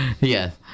Yes